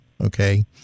Okay